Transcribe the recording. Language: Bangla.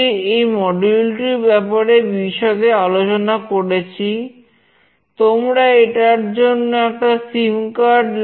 এই বাতিটি এই প্লাগ